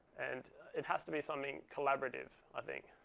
and it has to be something collaborative, i think,